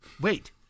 wait